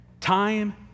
time